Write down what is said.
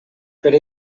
pels